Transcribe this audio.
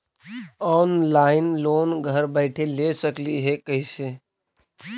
Online loan घर बैठे ले सकली हे, कैसे?